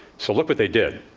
so, look what they did.